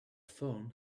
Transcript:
phone